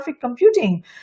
computing